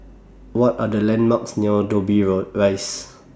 What Are The landmarks near Dobbie O Rise